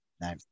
No